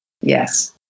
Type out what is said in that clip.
yes